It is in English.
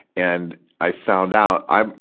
and, i found out, i,